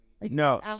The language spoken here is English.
No